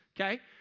okay